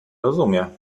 rozumie